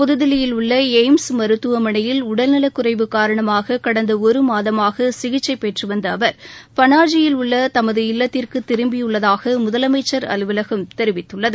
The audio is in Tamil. புதுதில்லியில் உள்ள எய்ம்ஸ் மருத்துவமனையில் உடல் நலக்குறைவு காரணமாக கடந்த ஒரு மாதமாக சிகிச்சை பெற்றுவந்த அவர் பனாஜியில் உள்ள தனது இல்லத்திற்கு திரும்பியுள்ளதாக முதலமைச்சா் அலுவலகம் தெரிவித்துள்ளது